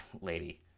lady